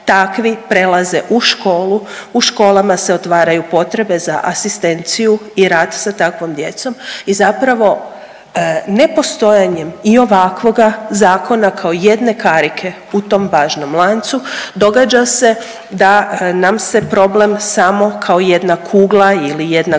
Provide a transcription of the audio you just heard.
Takvi prelaze u školu, u školama se otvaraju potrebe za asistenciju i rad sa takvom djecom. I zapravo nepostojanjem i ovakvoga zakona kao jedne karike u tom važnom lancu događa se da nam se problem samo kao jedna kugla ili jedna gruda